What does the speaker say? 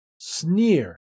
sneer